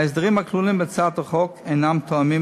ההסדרים הכלולים בהצעת החוק אינם תואמים